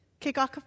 Kickoff